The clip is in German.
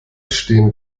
stehen